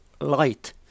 light